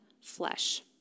flesh